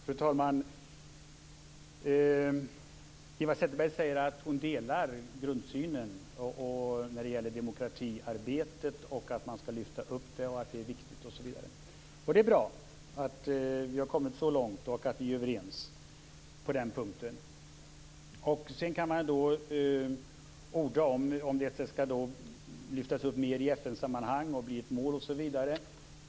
Fru talman! Eva Zetterberg säger att hon delar grundsynen på demokratiarbetet, att det skall lyftas upp, att det är viktigt osv. Det är bra att vi har kommit så långt att vi är överens på den punkten. Sedan kan man orda om huruvida det skall lyftas upp mer i FN sammanhang, bli ett mål osv.